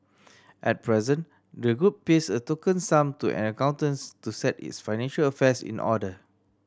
at present the group pays a token sum to an accountants to set its financial affairs in order